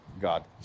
God